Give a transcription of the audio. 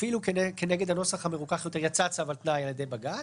אפילו כנגד הנוסח המרוכך יותר יצא צו על תנאי על ידי בג"ץ.